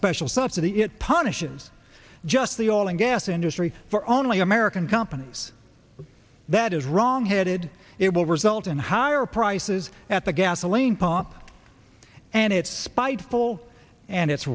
special suster the it punishes just the all and gas industry for only american companies that is wrong headed it will result in higher prices at the gasoline pump and it's spiteful and it's